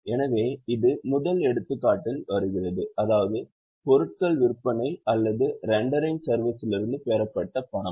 எனவே இது முதல் எடுத்துக்காட்டில் வருகிறது அதாவது பொருட்கள் விற்பனை அல்லது ரெண்டரிங் சேவைகளிலிருந்து பெறப்பட்ட பணம்